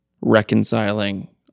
reconciling